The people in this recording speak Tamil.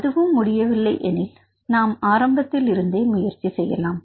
அதுவும் முடியவில்லை எனில் நாம் ஆரம்பத்தில் இருந்தே முயற்சி செய்யலாம்